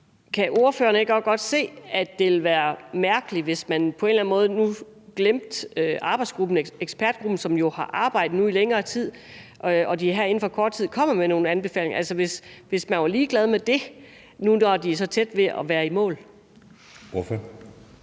kan ordføreren ikke også godt se, at det ville være mærkeligt, hvis man på en eller anden måde glemte ekspertgruppen, som jo har arbejdet med det i længere tid, og som her om kort tid kommer med nogle anbefalinger, altså hvis man var ligeglad med det, her hvor de er så tæt på at være i mål? Kl.